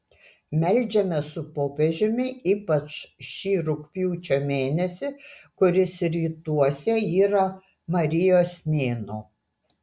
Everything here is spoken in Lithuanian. meldžiamės su popiežiumi ypač šį rugpjūčio mėnesį kuris rytuose yra marijos mėnuo